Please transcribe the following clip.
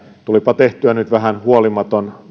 tulipa tehtyä nyt vähän huolimaton